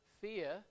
Fear